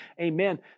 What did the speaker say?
Amen